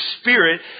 Spirit